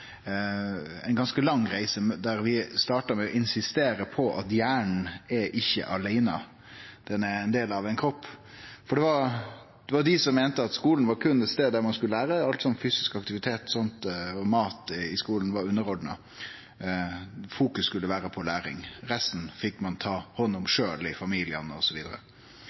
ein del av ein kropp. For det var dei som meinte at skulen berre var eit sted ein skulle lære, og alt anna – som fysisk aktivitet og mat i skulen – var underordna. Fokus skulle vere på læring. Resten fekk ein ta hand om sjølv, i familiane